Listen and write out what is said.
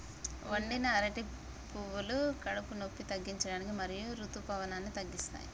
వండిన అరటి పువ్వులు కడుపు నొప్పిని తగ్గించడానికి మరియు ఋతుసావాన్ని తగ్గిస్తాయి